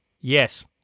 yes